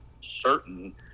certain